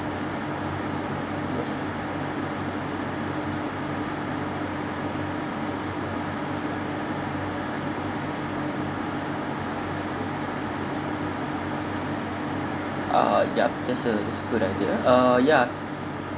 yes ah yup that's a that's a good idea uh yeah